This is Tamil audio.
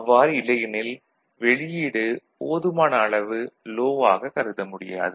அவ்வாறு இல்லையெனில் வெளியீடு போதுமான அளவு லோ ஆக கருத முடியாது